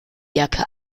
jacke